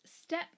step